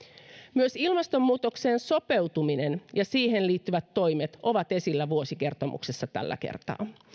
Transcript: myös ilmastonmuutokseen sopeutuminen ja siihen liittyvät toimet ovat esillä vuosikertomuksessa tällä kertaa